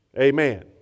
amen